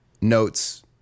notes